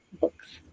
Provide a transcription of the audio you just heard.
books